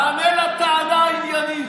תענה לטענה העניינית.